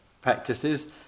practices